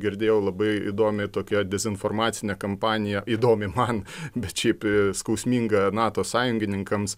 girdėjau labai įdomiai tokia dezinformacinė kampanija įdomi man bet šiaip skausminga nato sąjungininkams